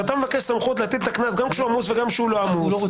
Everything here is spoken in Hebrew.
אתה מבקש סמכות להטיל את הקנס גם כשהוא עמוס וגם כשהוא לא עמוס.